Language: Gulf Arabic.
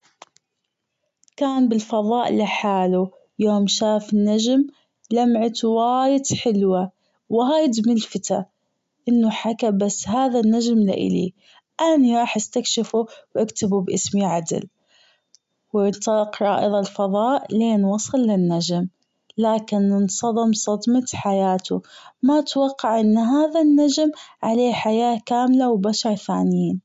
كان بالفظاء لحاله يوم شاف نجم لمعته وايد حلوة وايد ملفتة أنه حكى بس هذا النجم لألي أني راح أستكشفه وأكتبه بأسمي عدل وأرتقى إلى الفضاء لين وصل للنجم لكن أنصدم صدمة حياته ما أتوقع أن هذا النجم عليه حياة كاملة وبشر ثانين.